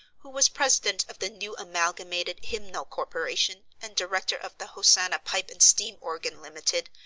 who was president of the new amalgamated hymnal corporation, and director of the hosanna pipe and steam organ, limited,